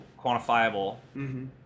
quantifiable